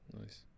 nice